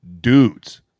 dudes